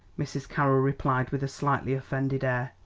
mrs. carroll replied with a slightly offended air.